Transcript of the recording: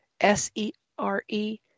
s-e-r-e